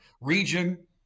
region